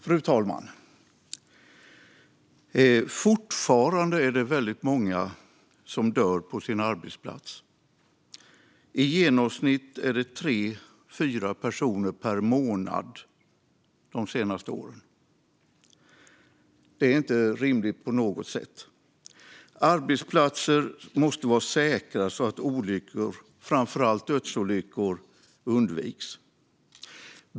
Fru talman! Fortfarande är det väldigt många som dör på sin arbetsplats, i genomsnitt tre fyra personer per månad de senaste åren. Det är inte rimligt på något sätt. Arbetsplatser måste vara säkra, så att olyckor, framför allt dödsolyckor, undviks.